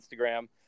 Instagram